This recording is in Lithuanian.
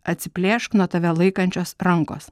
atsiplėšk nuo tave laikančios rankos